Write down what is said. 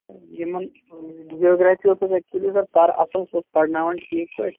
سَر یِمَن جیوگرٛافی اوس اَسہِ ایٚکچُولی سَر اصٕل سُہ اوس پَرٕناون ٹھیٖک پٲٹھۍ